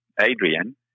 Adrian